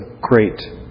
great